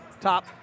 Top